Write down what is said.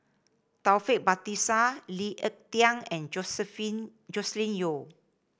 Taufik Batisah Lee Ek Tieng and Joscelin Yeo